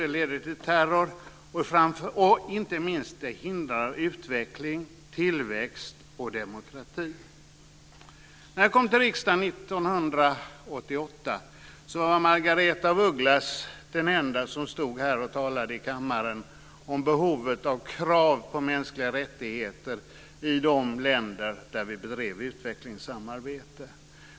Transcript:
Det leder till terror, och inte minst hindrar det utveckling, tillväxt och demokrati. När jag kom till riksdagen 1988 var Margaretha af Ugglas den enda som stod här och talade i kammaren om behovet av krav på mänskliga rättigheter i de länder där vi bedrev utvecklingssamarbete.